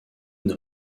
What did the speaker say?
une